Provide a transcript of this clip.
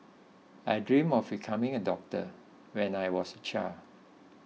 I dream of becoming a doctor when I was a child